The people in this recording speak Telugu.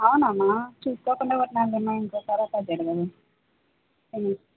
అవునామ్మా చూసుకోకుండా కొటినానమ్మా ఇంకోకసారి జరగదు